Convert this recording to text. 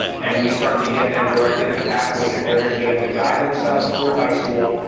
and we start to get them directed in a pathway that they're gonna be able to guide themselves through high school,